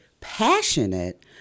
passionate